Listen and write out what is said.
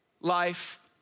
life